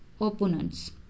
opponents